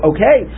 Okay